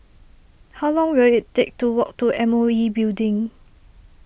how long will it take to walk to M O E Building